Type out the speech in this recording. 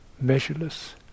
measureless